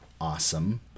awesome